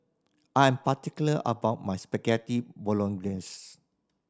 I am particular about my Spaghetti Bolognese